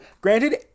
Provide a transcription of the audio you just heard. Granted